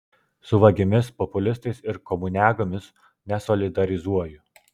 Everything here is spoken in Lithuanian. su vagimis populistais ir komuniagomis nesolidarizuoju